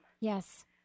Yes